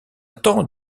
tant